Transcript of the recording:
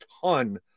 ton